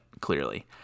Clearly